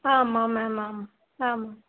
ஆமாம் மேம் ஆமாம் ஆமாம்